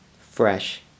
Fresh